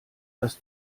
dass